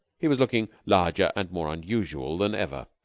he was looking larger and more unusual than ever.